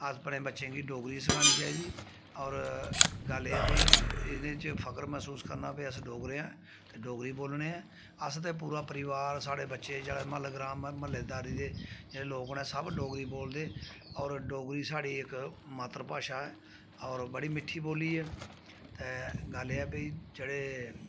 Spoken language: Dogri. अस अपने बच्चें गी डोगरी सखानी चाहिदी होर गल्ल एह् ऐ भाई ऐह्दे च फकर मसूस करना चाहिदा कि अस डोगरे आं ते डोगरी बोलने आं अस ते पूरा परोआर साढ़े बच्चे म्हल्ले ग्रांऽ म्हल्लेदारी दे जेह्ड़े लोक न सब डोगरी बोलदे होर डोगरी साढ़ी इक मात्तर भाशा ऐ होर बड़ी मिट्ठी बोल्ली ऐ ते गल्ल एह् ऐ भाई जेह्ड़े